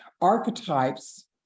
archetypes